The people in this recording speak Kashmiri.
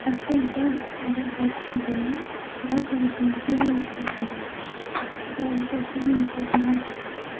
اَسہِ پَزِ گۄڈٕ اگر بَچہِ چھُ زٮ۪وان گۄڈٕ پَزِ اَسہِ تٔمِس یِہے زبان وَنٕنۍ مطلب تِکیٛازِ یہِ چھِ اَسہِ پَنٕنۍ یہِ چھِ اَسہِ ماجہِ زَبان پنٕنۍ